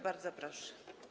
Bardzo proszę.